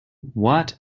what